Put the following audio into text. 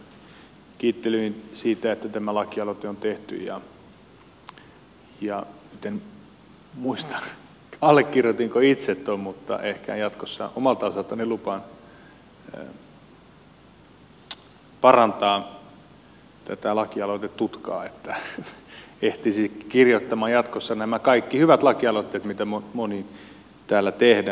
yhdyn edustaja yrttiahon kiittelyihin siitä että tämä lakialoite on tehty ja nyt en muista allekirjoitinko itse tuon mutta ehkä jatkossa omalta osaltani lupaan parantaa tätä lakialoitetutkaa että ehtisin kirjoittamaan jatkossa nämä kaikki hyvät lakialoitteet mitä monia täällä tehdään